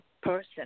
person